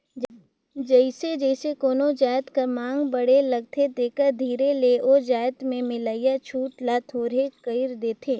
जइसे जइसे कोनो जाएत कर मांग बढ़े लगथे तेकर धीरे ले ओ जाएत में मिलोइया छूट ल थोरहें कइर देथे